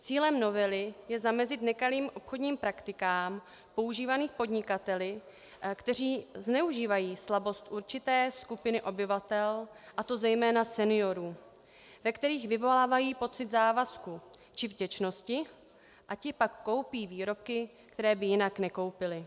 Cílem novely je zamezit nekalým obchodním praktikám používaným podnikateli, kteří zneužívají slabost určité skupiny obyvatel, a to zejména seniorů, ve kterých vyvolávají pocit závazků či vděčnosti, a ti pak koupí výrobky, které by jinak nekoupili.